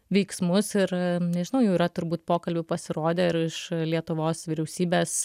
veiksmus ir nežinau jau yra turbūt pokalbių pasirodę ir iš lietuvos vyriausybės